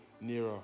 nearer